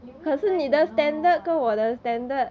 you make nice or not